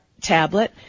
tablet